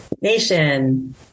Nation